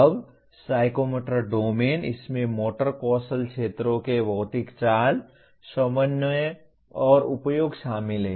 अब psychomotor domain इसमें motor कौशल क्षेत्रों के भौतिक चाल समन्वय और उपयोग शामिल हैं